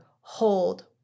Hold